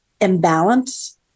imbalance